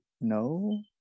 no